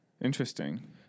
Interesting